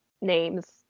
names